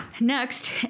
Next